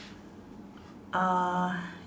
uh